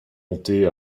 montés